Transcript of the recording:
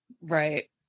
right